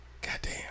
Goddamn